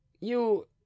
You